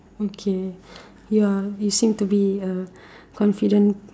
okay you're you seem to be a confident